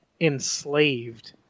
enslaved